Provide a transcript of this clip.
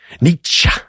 Nietzsche